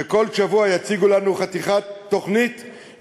שכל שבוע יציגו לנו חתיכת תוכנית,